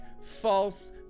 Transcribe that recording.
false